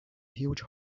huge